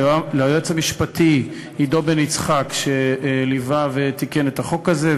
ליועץ המשפטי עידו בן-יצחק שליווה ותיקן את החוק הזה,